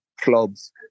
clubs